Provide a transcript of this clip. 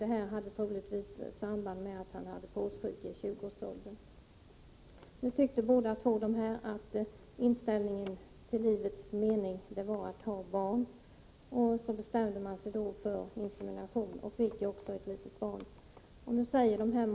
Detta hade troligtvis samband med att han hade påssjuka i 20-årsåldern. Nu tyckte de båda att livets mening var att ha barn, och de bestämde sig för insemination och fick på detta sätt ett litet barn.